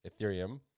Ethereum